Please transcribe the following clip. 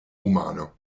umano